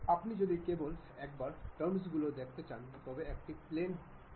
আপনি যদি কেবল একবার টার্মস গুলো দেখতে চান তবে একটি প্লেন ই যথেষ্ট